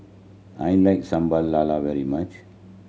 I like Sambal Lala very much